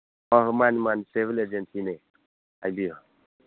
ꯑꯧ ꯃꯥꯅꯤ ꯃꯥꯅꯤ ꯇ꯭ꯔꯦꯕꯦꯜ ꯑꯦꯖꯦꯟꯁꯤꯅꯦ ꯍꯥꯏꯕꯤꯌꯨ